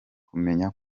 kumenya